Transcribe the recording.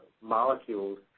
molecules